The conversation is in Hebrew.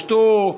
ישתו,